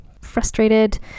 frustrated